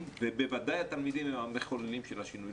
ובוודאי התלמידים הם המחוללים של השינוי.